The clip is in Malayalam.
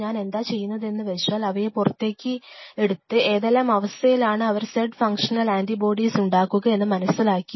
ഞാൻ എന്താ ചെയ്തെന്നു വെച്ചാൽ അവയെ പുറത്തെടുത്ത് ഏതെല്ലാം അവസ്ഥയിലാണ് അവർ z ഫംഗ്ഷനൽ ആൻറി ബോഡീസ് ഉണ്ടാക്കുക എന്ന് മനസ്സിലാക്കി